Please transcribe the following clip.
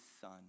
Son